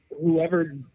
whoever